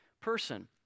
person